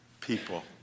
people